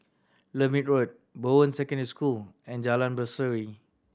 Lermit Road Bowen Secondary School and Jalan Berseri